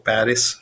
Paris